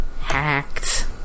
hacked